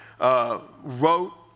Wrote